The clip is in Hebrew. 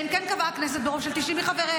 -- אלא אם כן קבעה הכנסת ברוב של 90 מחבריה,